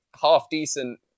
half-decent